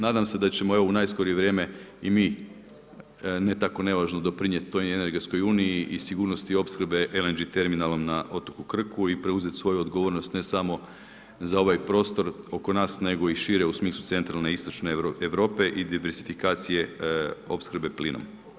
Nadam se da ćemo evo u najskorije vrijeme i mi ne tako nevažno doprinijeti toj energetskoj uniji i sigurnosti opskrbe LNG terminalom na otoku Krku i preuzeti svoju odgovornost ne samo za ovaj prostor oko nas nego i šire u smislu centralne istočne Europe i diverzifikacije opskrbe plinom.